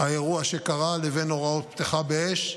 האירוע שקרה לבין הוראות פתיחה באש,